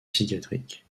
psychiatriques